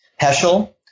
Heschel